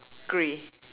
grey